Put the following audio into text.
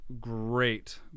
great